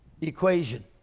equation